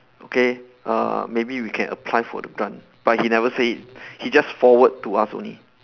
okay uh maybe we can apply for the grant but he never say it he just forward to us only